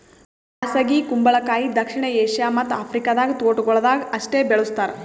ಬ್ಯಾಸಗಿ ಕುಂಬಳಕಾಯಿ ದಕ್ಷಿಣ ಏಷ್ಯಾ ಮತ್ತ್ ಆಫ್ರಿಕಾದ ತೋಟಗೊಳ್ದಾಗ್ ಅಷ್ಟೆ ಬೆಳುಸ್ತಾರ್